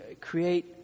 create